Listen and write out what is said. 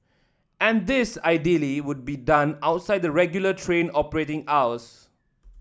and this ideally would be done outside the regular train operating hours